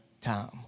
time